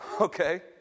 okay